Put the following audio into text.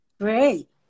Great